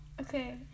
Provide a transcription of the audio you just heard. Okay